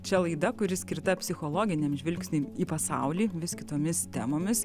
čia laida kuri skirta psichologiniam žvilgsniui į pasaulį vis kitomis temomis